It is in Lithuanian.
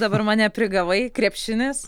dabar mane prigavai krepšinis